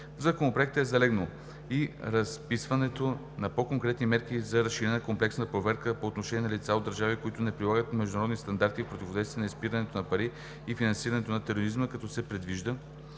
Законопроекта е залегнало и разписването на по-конкретни мерки за разширена комплексна проверка по отношение на лица от държави, които не прилагат международните стандарти в противодействието на изпирането на пари и финансирането на тероризма, като се предвижда